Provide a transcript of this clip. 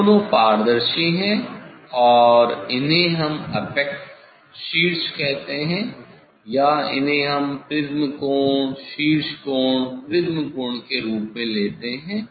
ये दोनों पारदर्शी हैं और इन्हें हम अपैक्स कहते हैं या इन्हें हम प्रिज्म कोण शीर्ष कोण प्रिज्म कोण के रूप में लेते हैं